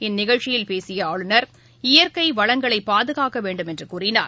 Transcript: இந்நிகழ்ச்சியில் பேசிய ஆளுநர் இயற்கை வளங்களை பாதுகாக்க வேண்டும் என்று கூறினார்